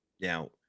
Now